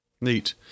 Neat